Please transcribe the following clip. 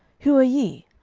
who are ye?